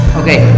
okay